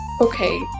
Okay